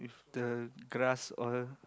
the grass all